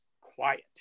quiet